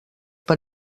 per